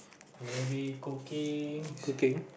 maybe cookings